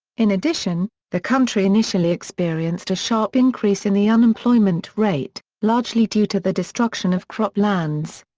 in addition, the country initially experienced a sharp increase in the unemployment rate, largely due to the destruction of crop lands.